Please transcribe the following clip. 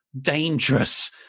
dangerous